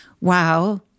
wow